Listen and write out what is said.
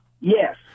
Yes